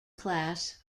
class